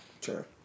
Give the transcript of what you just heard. Sure